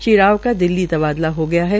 श्री राव का दिल्ली तबादला हो गया है